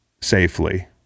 safely